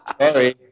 sorry